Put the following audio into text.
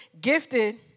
gifted